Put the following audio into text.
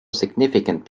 significant